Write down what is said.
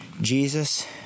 Jesus